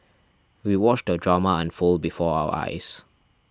we watched drama unfold before our eyes